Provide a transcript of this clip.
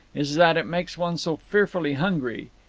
is that it makes one so fearfully hungry,